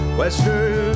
western